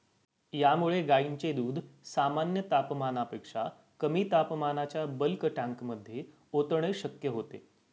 यामुळे गायींचे दूध सामान्य तापमानापेक्षा कमी तापमानाच्या बल्क टँकमध्ये ओतणे शक्य होते